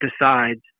decides